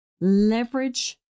leverage